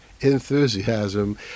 enthusiasm